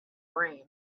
brain